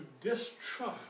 distrust